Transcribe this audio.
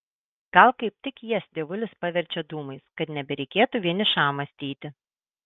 gal kaip tik jas dievulis paverčia dūmais kad nebereikėtų vienišam mąstyti